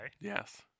Yes